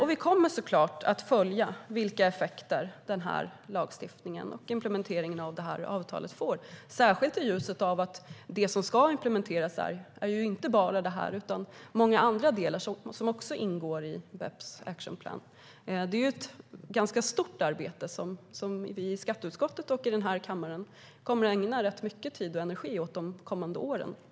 Vi kommer såklart att följa vilka effekter lagstiftningen och implementeringen av avtalet får, särskilt i ljuset av att det som ska implementeras inte bara är detta utan många andra delar som också ingår i BEPS Action Plan. Det är ett ganska stort arbete som vi i skatteutskottet och i den här kammaren kommer att ägna rätt mycket tid och energi åt de kommande åren.